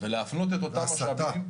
והסטה של אותם משאבים.